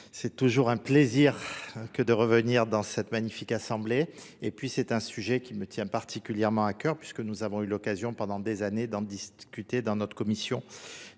c'est toujours un plaisir que de revenir dans cette magnifique assemblée et puis c'est un sujet qui me tient particulièrement à coeur puisque nous avons eu l'occasion pendant des années d'en discuter dans notre commission